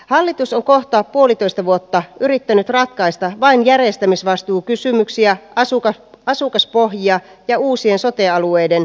hallitus on kohta puolitoista vuotta yrittänyt ratkaista vain järjestämisvastuukysymyksiä asukaspohjia ja uusien sote alueiden hallintomallia